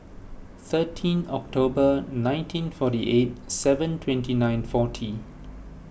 thirteenth October nineteen forty eight seven twenty nine forty